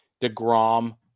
DeGrom